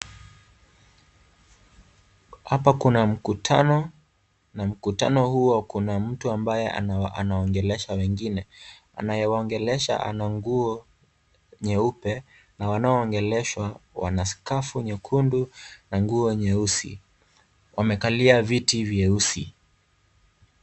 Hapa kuna mkutano. Na mkutano huo kuna mtu ambaye anaongelesha wengine. Anayewaongelesha ana nguo nyeupe na wanaoongeleshwa wana skafu nyekundu na nguo nyeusi. Wamekalia viti vyeusi.